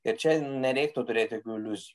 ir čia nereiktų turėt jokių iliuzijų